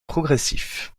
progressif